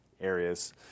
areas